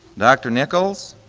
dr. nichols,